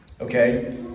okay